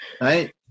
Right